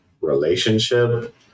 relationship